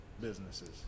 businesses